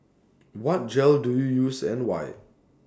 what gel do you use and why